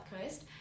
coast